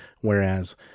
whereas